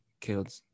killed